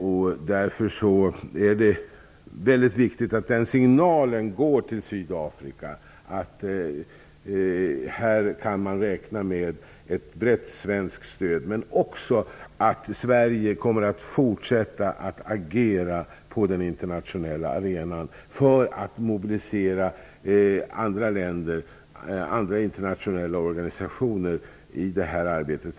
Det är därför mycket viktigt att det till Sydafrika går signaler om att man där kan räkna med ett brett svenskt stöd men också att Sverige kommer att fortsätta att agera på den internationella arenan för att mobilisera andra länder och olika internationella organisationer i det här arbetet.